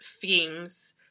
themes